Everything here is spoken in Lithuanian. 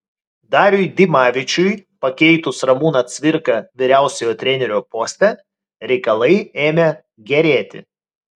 dariui dimavičiui pakeitus ramūną cvirką vyriausiojo trenerio poste reikalai ėmė gerėti